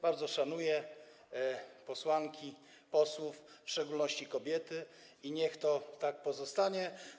Bardzo szanuję posłanki, posłów, w szczególności kobiety, i niech tak pozostanie.